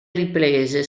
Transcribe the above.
riprese